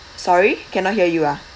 sorry cannot hear you lah